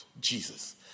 Jesus